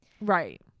Right